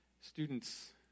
students